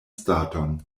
staton